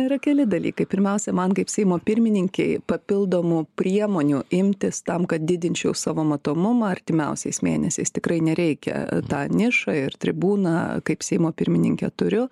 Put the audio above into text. yra keli dalykai pirmiausia man kaip seimo pirmininkei papildomų priemonių imtis tam kad didinčiau savo matomumą artimiausiais mėnesiais tikrai nereikia tą nišą ir tribūną kaip seimo pirmininkė turiu